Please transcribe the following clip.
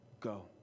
go